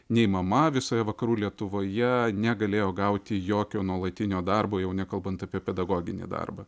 nei mama visoje vakarų lietuvoje negalėjo gauti jokio nuolatinio darbo jau nekalbant apie pedagoginį darbą